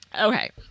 Okay